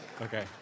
Okay